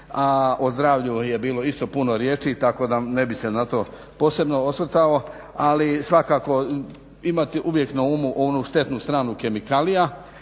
o zdravlju je bilo isto puno riječi tako da ne bi se na to posebno osvrtao. Ali svakako imati uvijek na umu onu štetnu stranu kemikalija.